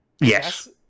Yes